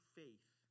faith